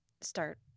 start